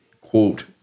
quote